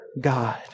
God